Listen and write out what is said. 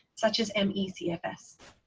such as me cfs.